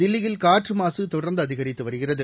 தில்லியில் காற்றுமாசுதொடர்ந்துஅதிகரித்துவருகிறது